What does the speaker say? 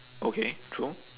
okay true